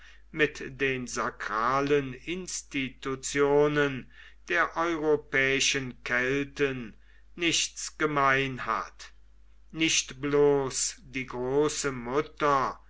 mit den sakralen institutionen der europäischen kelten nichts gemein hat nicht bloß die große mutter